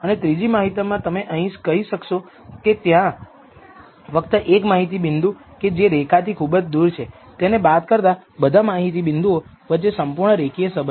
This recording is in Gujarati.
અને ત્રીજી માહિતીમાં તમે કહી શકો કે ત્યાં ફક્ત એક માહિતી બિંદુ કે જે રેખાથી ખૂબ જ દૂર છે તેને બાદ કરતા બધા માહિતી બિંદુઓ વચ્ચે સંપૂર્ણ રેખીય સંબંધ છે